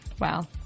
Wow